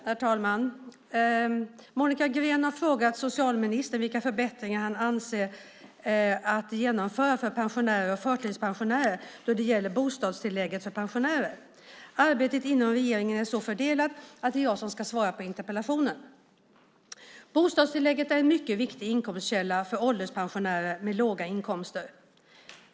Herr talman! Monica Green har frågat socialministern vilka förbättringar han avser att genomföra för pensionärer och förtidspensionärer då det gäller bostadstillägget för pensionärer. Arbetet inom regeringen är så fördelat att det är jag som ska svara på interpellationen. Bostadstillägget är en mycket viktig inkomstkälla för ålderspensionärer med låga inkomster.